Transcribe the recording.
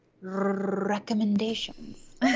recommendations